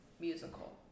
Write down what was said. Musical